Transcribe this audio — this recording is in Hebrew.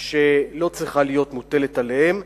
שלא צריכה להיות מוטלת עליהם.